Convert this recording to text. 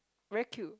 very cute